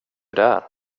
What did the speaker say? där